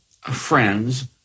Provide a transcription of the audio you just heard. friends